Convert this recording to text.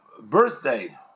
birthday